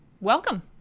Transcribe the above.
welcome